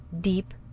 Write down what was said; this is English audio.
Deep